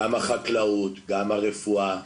גם החקלאות, גם הרפואה.